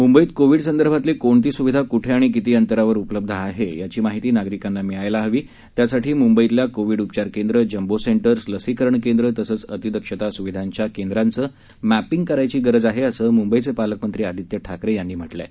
मूंबईत कोविड संदर्भातली कोणती स्विधा क्ठे आणि किती अंतरावर उपलब्ध आहे याची माहिती नागरिकांना मिळायला हवी त्यासाठी मुंबईतल्या कोविड उपचार केंद्र जम्बो सेंटर्स लसीकरण केंद्र तसंच अतिदक्षता सुविधांच्या केंद्रांच मॅपींग करायची गरज आहे असं मुंबईचे पालकमंत्री आदित्य ठाकरे यांनी म्हटलं आहे